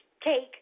cake